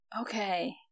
okay